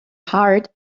heart